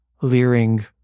leering